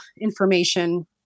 information